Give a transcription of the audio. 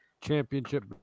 championship